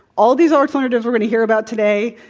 all of these alternatives we're going to hear about today,